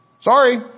Sorry